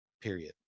period